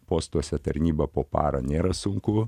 postuose tarnyba po parą nėra sunku